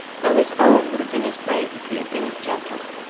though his own would have been as great if he had been as gentle.